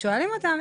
שואלים אותם.